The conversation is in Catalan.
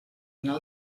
anar